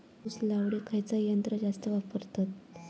ऊस लावडीक खयचा यंत्र जास्त वापरतत?